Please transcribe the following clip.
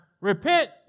Repent